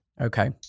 okay